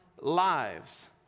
lives